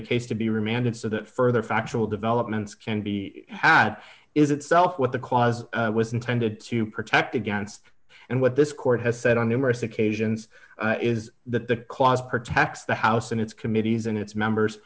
the case to be remanded so that further factual developments can be had is itself what the clause was intended to protect against and what this court has said on numerous occasions is that the clause protect the house and its committees and its members